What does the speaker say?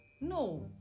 No